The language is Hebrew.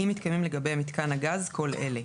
אם מתקיימים לגבי מיתקן הגז כל אלה: